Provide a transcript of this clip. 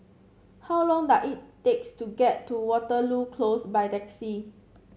how long does it takes to get to Waterloo Close by taxi